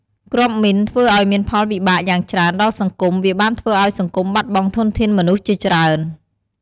គ្រាប់មីនធ្វើឲ្យមានផលវិបាកយ៉ាងច្រើនដល់សង្គម វាបានធ្វើឲ្យសង្គមបាត់បង់ធនធានមនុស្សជាច្រើន។